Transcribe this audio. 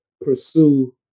pursue